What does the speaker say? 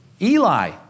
Eli